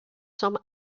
some